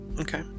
okay